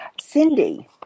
Cindy